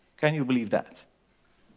can you believe that?